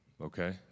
Okay